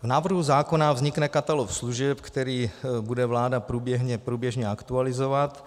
V návrhu zákona vznikne katalog služeb, který bude vláda průběžně aktualizovat.